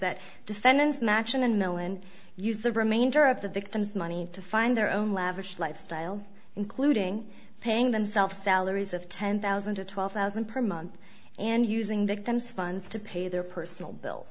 that defendants match and know and use the remainder of the victim's money to find their own lavish lifestyle including paying themselves salaries of ten thousand to twelve thousand per month and using victim's funds to pay their personal bill